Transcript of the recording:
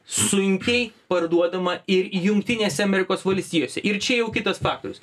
sunkiai parduodama ir jungtinėse amerikos valstijose ir čia jau kitas faktorius